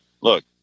look